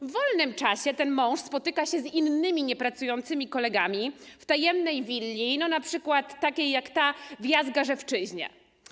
W wolnym czasie spotyka się z innymi niepracującymi kolegami w tajemnej willi, no np. takiej jak ta w Jazgarzewszczyźnie.